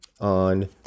on